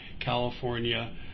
California